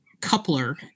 coupler